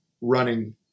running